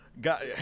got